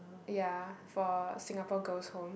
ya for Singapore girls' home